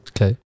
Okay